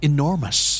Enormous